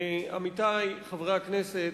עמיתי חברי הכנסת,